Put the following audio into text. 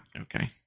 okay